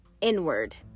inward